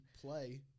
...play